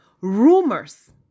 rumors